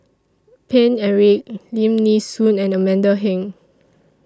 Paine Eric Lim Nee Soon and Amanda Heng